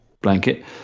blanket